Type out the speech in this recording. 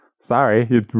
Sorry